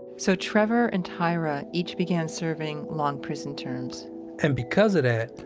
so trevor and tyra each began serving long prison terms and because of that,